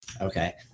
Okay